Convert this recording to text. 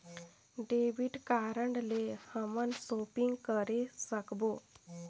Debit card ले हमन shopping करे सकबो?